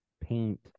paint